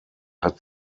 hat